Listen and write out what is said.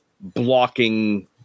blocking